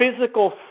physical